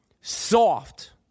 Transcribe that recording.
soft